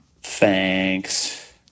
thanks